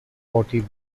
forty